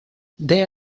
they